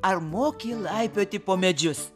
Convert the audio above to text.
ar moki laipioti po medžius